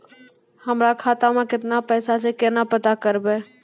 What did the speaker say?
हमरा खाता मे केतना पैसा छै, केना पता करबै?